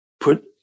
put